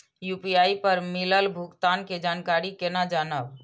UPI पर मिलल भुगतान के जानकारी केना जानब?